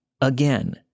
again